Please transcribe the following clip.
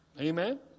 Amen